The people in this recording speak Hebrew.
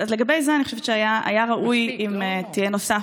לגבי זה אני חושבת שהיה ראוי אם נוסף